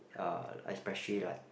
uh especially like